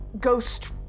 ghost